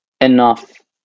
enough